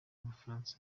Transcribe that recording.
ubufaransa